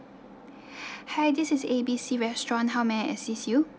hi this is A_B_C restaurant how may I assist you